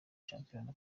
shampiyona